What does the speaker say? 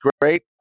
great